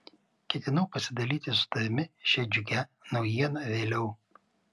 ketinau pasidalyti su tavimi šia džiugia naujiena vėliau